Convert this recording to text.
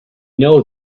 know